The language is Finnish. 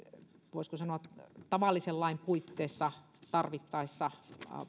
voisiko sanoa tavallisen lain puitteissa tarvittaessa